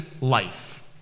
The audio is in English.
life